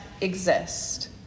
exist